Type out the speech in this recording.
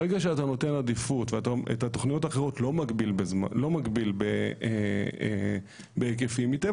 ברגע שאתה נותן עדיפות ואת התוכניות אתה לא מגביל בהיקפים מטבע